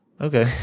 Okay